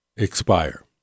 expire